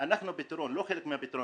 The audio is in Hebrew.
אנחנו הפתרון ולא חלק ממנו.